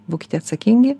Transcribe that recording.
būkite atsakingi